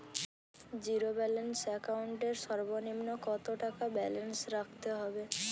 Zero balance account এর সর্বনিম্ন কত টাকা ব্যালেন্স রাখতে হবে?